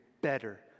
better